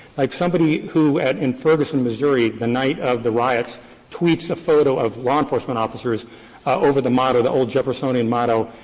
like somebody who at in ferguson, missouri the night of the riots tweets a photo of law enforcement officers over the motto, the old jeffersonian motto,